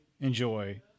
enjoy